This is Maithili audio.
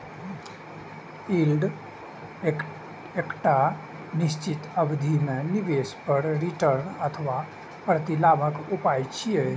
यील्ड एकटा निश्चित अवधि मे निवेश पर रिटर्न अथवा प्रतिलाभक उपाय छियै